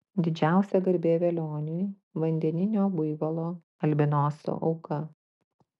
didžiausia garbė velioniui vandeninio buivolo albinoso auka